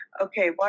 okay